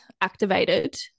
activated